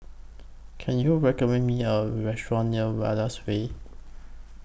Can YOU recommend Me A Restaurant near Wallace Way